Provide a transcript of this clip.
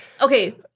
Okay